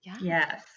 Yes